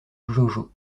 jojo